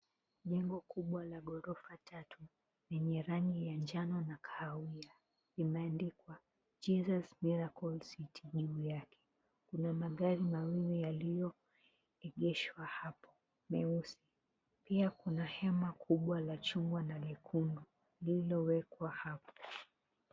Jengo kubwa la gorofa tatu lenye rangi ya njano na kahawia limeandikwa JESUS MIRACLE CITY juu yake. Kuna magari mawili yalioegeshwa hapo, meusi. Pia kuna hema kubwa la chungwa na nyekundu lililowekwa hapo.